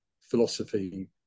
philosophy